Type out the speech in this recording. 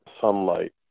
sunlight